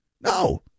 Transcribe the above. No